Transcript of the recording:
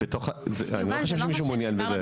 אני לא חושב שמישהו מעוניין בזה.